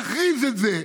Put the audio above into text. תכריז את זה.